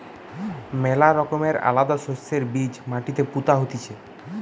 ম্যালা রকমের আলাদা শস্যের বীজ মাটিতে পুতা হতিছে